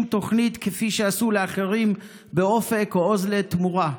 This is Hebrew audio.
תוכנית כפי שעשו לאחרים באופק או עוז לתמורה.